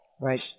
Right